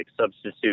substitute